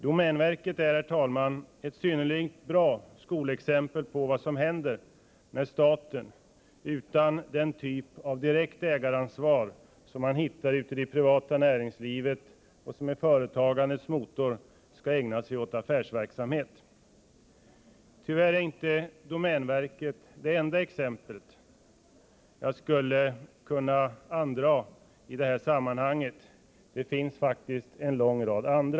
Domänverket är, herr talman, ett skolexempel på vad som händer när staten, utan den typ av direkt ägaransvar som man hittar ute i det privata näringslivet och som är företagandets motor, skall ägna sig åt affärsverksamhet. Tyvärr är domänverket inte det enda exemplet. Jag skulle kunna nämna andra exempel i detta sammanhang — det finns faktiskt en lång rad sådana.